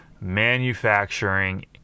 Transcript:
manufacturing